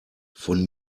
von